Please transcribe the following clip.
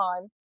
time